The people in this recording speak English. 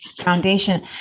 foundation